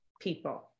people